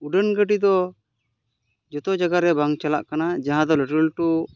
ᱩᱰᱟᱹᱱ ᱜᱟᱹᱰᱤ ᱫᱚ ᱡᱚᱛᱚ ᱡᱟᱭᱜᱟ ᱨᱮ ᱵᱟᱝ ᱪᱟᱞᱟᱜ ᱠᱟᱱᱟ ᱡᱟᱦᱟᱸ ᱫᱚ ᱞᱟᱹᱴᱩ ᱞᱟᱹᱴᱩ